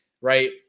Right